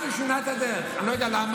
אז הוא שינה את הדרך, אני לא יודע למה.